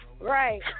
Right